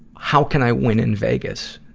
how can i win in vegas?